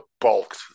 bulk